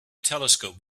telescope